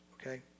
Okay